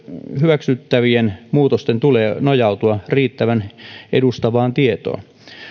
hyväksyttävien muutosten tulee nojautua riittävän edustavaan tietoon